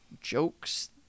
jokes